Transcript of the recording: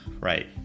Right